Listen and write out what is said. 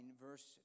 verse